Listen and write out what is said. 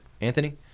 anthony